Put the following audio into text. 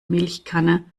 milchkanne